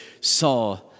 saw